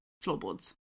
floorboards